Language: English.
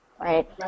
right